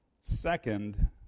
Second